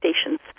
stations